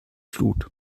flut